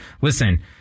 Listen